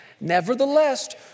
Nevertheless